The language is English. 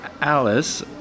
Alice